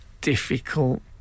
difficult